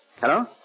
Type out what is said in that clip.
Hello